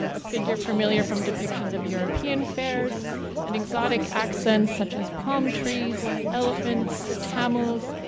um a figure familiar from depictions of european fairs and exotic accents such as palm trees, elephants, camels,